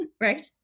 right